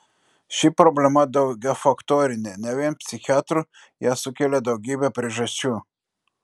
ši problema daugiafaktorinė ne vien psichiatrų ją sukelia daugybė priežasčių